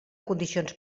condicions